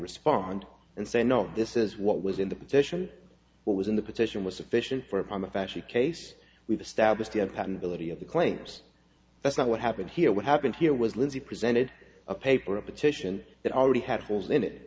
respond and say no this is what was in the petition what was in the petition was sufficient for upon the fashion case we've established patentability of the claims that's not what happened here what happened here was lindsay presented a paper a petition that already had holes in it